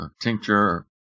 tincture